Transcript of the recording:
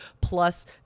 plus